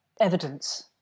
evidence